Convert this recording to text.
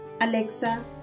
Alexa